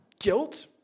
guilt